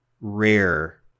rare